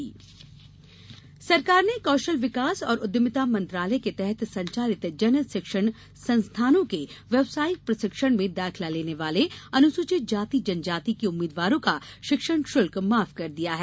सरकार शुल्क माफ सरकार ने कौशल विकास और उद्यमिता मंत्रालय के तहत संचालित जन शिक्षण संस्थाानों के व्यावसायिक प्रशिक्षण में दाखिला लेने वाले अनुसूचित जाति जनजाति के उम्मीदवारों का शिक्षण शुल्क माफ कर दिया है